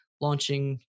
launching